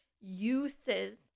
Uses